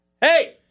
hey